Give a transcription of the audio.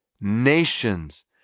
nations